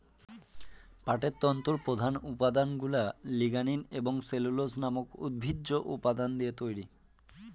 পাটের তন্তুর প্রধান উপাদানগুলা লিগনিন এবং সেলুলোজ নামক উদ্ভিজ্জ উপাদান দিয়ে তৈরি